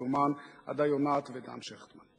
אדוני סגן ראש הממשלה,